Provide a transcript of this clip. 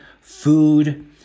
food